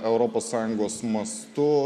europos sąjungos mastu